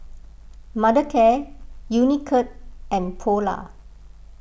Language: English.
Mothercare Unicurd and Polar